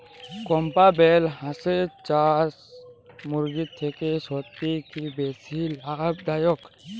Campbell হাঁসের চাষ মুরগির থেকে সত্যিই কি বেশি লাভ দায়ক?